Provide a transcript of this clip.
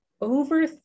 over